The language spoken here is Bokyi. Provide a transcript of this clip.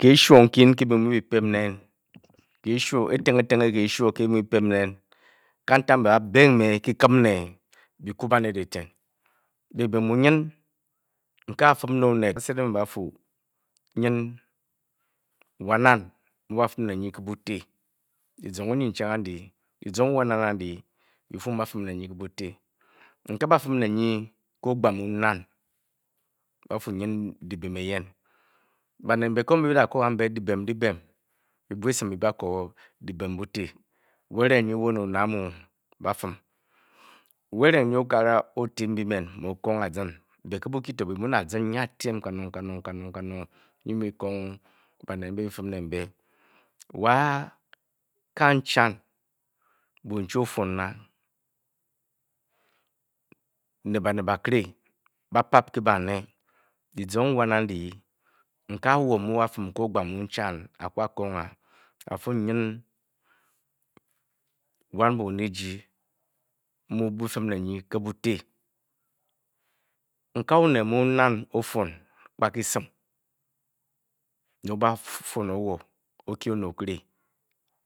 Kiishwo nkyin nkyi byina byi-pena m neen, etingetuge kiishwo nkyi byi mu byi-pem m neem. kantik mke ba-bi ng me kyi-kim ne kyika banet eten nyin wan nnan mu ba-fim ne nyi ke buti dyizong enyinchong ndyi n-dyizong nan nnan andyi. dyizong wan nnaa a-dyi byi-fii ng ba-fin ne ndyi ke buti A ba-fim ne nyi ke ogba mu nnan, byi-fa ba-fim ne nyi ko dyibem dyiben, byi-bwa esin byi-bako dyi bem buti wa eringe nyi wo ne onet amu ba-fim wa eringe okakara oo-ti nyi emen. mu o-kong agin be ke bokyi to byi mu ne agin nyi atyem kanong kanong nyi byi mu byi kong bonet mbe byi-fim ne mbe wa, a nchan. banchi o-fwon a ne banet bakiri ba-pap ke bane, dyizong wan andyi a mo mu a-fim me nyi ke ojba mu nchan a-ku a-ko ng a-fu, nyin wen bone eji, mu byi-fim ne nyi ke buti, nke a enet mu nnan o-fwon a kpa ke esim ne o ba fwoowo a-bakye onet okiri